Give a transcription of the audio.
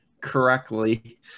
correctly